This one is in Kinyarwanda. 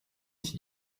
iki